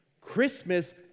Christmas